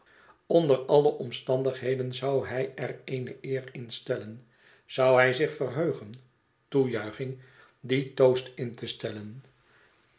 onder alle omstandigheden zou hij er eene eer in stellen zou hij zich verheugen toej niching dien toast in te stellen